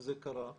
וזה קרה,